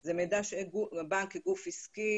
זה מידע שהבנק כגוף עסקי,